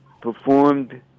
performed